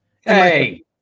Hey